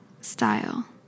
style